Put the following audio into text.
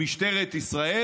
ישתפרו במהרה.